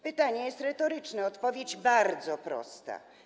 Pytanie jest retoryczne, a odpowiedź bardzo prosta.